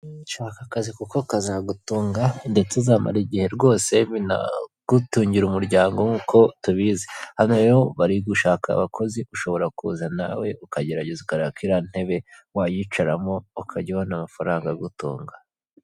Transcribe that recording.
Shaka akazi kuko kazagutunga, ndetse uzamara igihe rwose binagutungire umuryango nkuko tubizi. Hano rero bari gushaka abakozi ushobora kuza nawe ukagerageza ukareba ko iriya ntebe wayicaramo, ukajya ubona amafaranga agutunga.